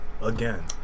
again